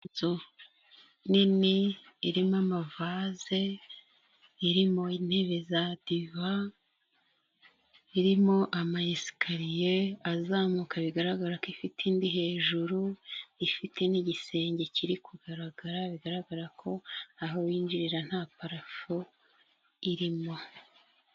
Inzu nini irimo amavaze, irimo intebe za diva, irimo amayesikariye azamuka bigaragara ko ifite indi hejuru, ifite n'igisenge kiri kugaragara bigaragara ko aho binjirira nta parafo irimo.